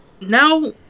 now